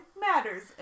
matters